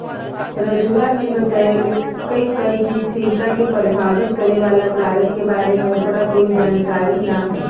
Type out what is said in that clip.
राजूवा ने बतल कई कि स्थिरता के प्रभावित करे वाला कारक के बारे में ओकरा कोई जानकारी ना हई